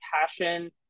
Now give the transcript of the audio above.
passion